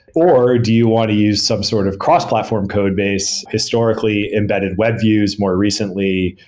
or do you want to use some sort of cross platform codebase, historically embedded web views? more recently,